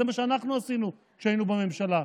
זה מה שאנחנו עשינו כשהיינו בממשלה.